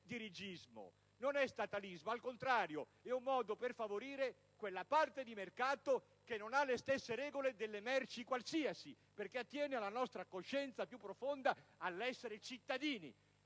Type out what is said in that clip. o di statalismo. Al contrario, è un modo per favorire quella parte di mercato che non ha le stesse regole delle merci qualsiasi, in quanto attiene alla nostra coscienza più profonda, all'essere cittadini.